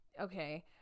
Okay